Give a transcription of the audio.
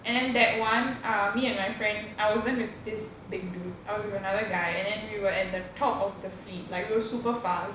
and then that one uh me and my friend I was in with this big dude I was with another guy and then we were at the top of the fleet like we were super fast